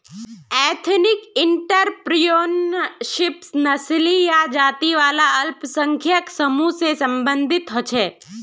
ethnic entrepreneurship नस्ली या जाती वाला अल्पसंख्यक समूह से सम्बंधित होछे